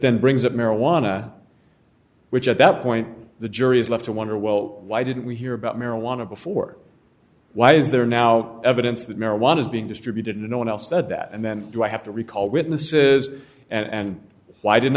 then brings up marijuana which at that point the jury is left to wonder well why didn't we hear about marijuana before why is there now evidence that marijuana is being distributed and no one else said that and then you have to recall witnesses and why didn't